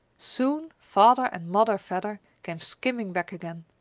soon father and mother vedder came skimming back again.